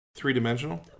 three-dimensional